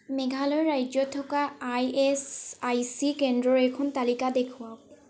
মেঘালয় ৰাজ্যত থকা ইএচআইচি কেন্দ্ৰৰ এখন তালিকা দেখুৱাওক